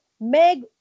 Meg